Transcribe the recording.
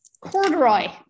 corduroy